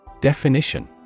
Definition